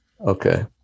Okay